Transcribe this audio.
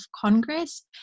Congress